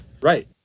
Right